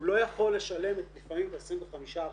רגע, הוא לא יכול לשלם לפעמים את ה-25%